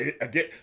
again